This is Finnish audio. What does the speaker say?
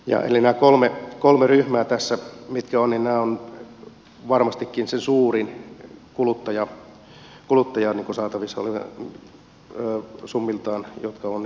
eli nämä kolme ryhmää tässä ovat varmastikin summiltaan se suurin osa niistä kuluttajasaatavista jotka ovat perinnässä